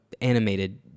animated